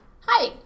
Hi